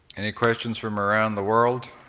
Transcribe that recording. any questions from around the world?